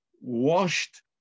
washed